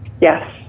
Yes